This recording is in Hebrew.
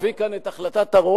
ואני מצווה להביא כאן את החלטת הרוב,